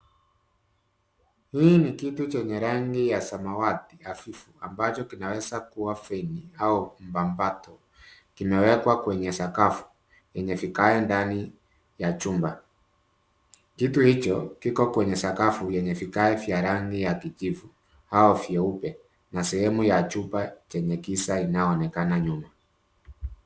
Hii ni kitu chenye rangi ya samawati hafifu, ambacho kinaweza kua feni au mabato. Kimewekwa kwenye sakafu yenye vigae ndani ya chumba. Kitu hicho kiko kwenye sakafu yenye vigae vya rangi ya kijivu au vyeupe, na sehemu ya chupa chenye giza inayoonekana nyuma.